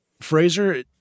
Fraser